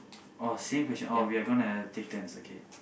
oh same question oh we're gonna take turns okay